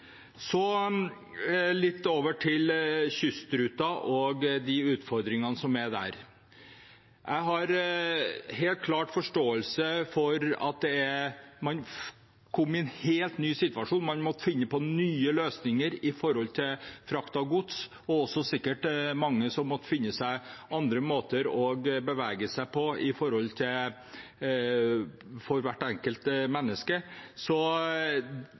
Litt over til kystruten og utfordringene som er der: Jeg har helt klart forståelse for at man kom i en helt ny situasjon. Man måtte finne nye løsninger for frakt av gods, og det er sikkert mange enkeltmennesker som har måttet finne nye måter å bevege seg på. Det er utfordrende. Det er mer utfordrende når det er et sjeldent tilbud som ikke går i det hele tatt. Så